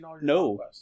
no